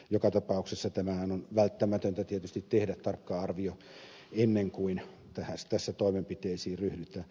joka tapauksessa on välttämätöntä tietysti tehdä tarkka arvio ennen kuin tässä toimenpiteisiin ryhdytään